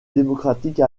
démocratique